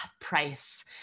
price